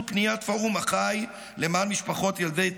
פניית פורום "אחיי" למען משפחות ילדי תימן,